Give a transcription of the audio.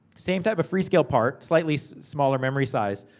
same type of free scale part, slightly smaller memory size.